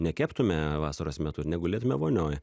nekeptume vasaros metu negulėtume vonioj